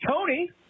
Tony